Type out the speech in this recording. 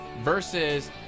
versus